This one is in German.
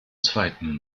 zweiten